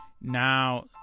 Now